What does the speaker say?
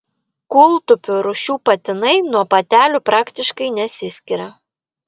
kūltupių rūšių patinai nuo patelių praktiškai nesiskiria